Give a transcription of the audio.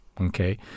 okay